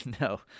no